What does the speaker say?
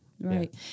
Right